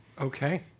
Okay